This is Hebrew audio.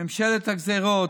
ממשלת הגזרות,